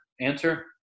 answer